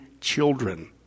children